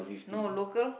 no local